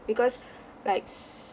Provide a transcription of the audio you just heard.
because like